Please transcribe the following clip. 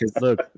Look